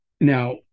now